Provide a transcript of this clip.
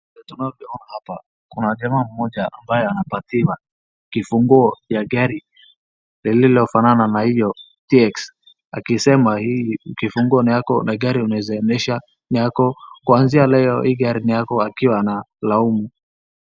Tunavyoona hapa kuna jamaa mmoja ambaye anapatiwa kifunguo ya gari lililofanana na hiyo TX , akisema hii kifunguo ni yako na gari unaeza endesha ni yako, kwanzia leo hii gari ni yako akiwa analaumu.